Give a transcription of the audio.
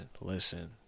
listen